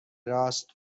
راست